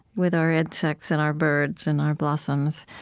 with our insects and our birds and our blossoms,